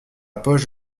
poche